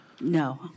No